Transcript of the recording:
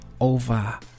over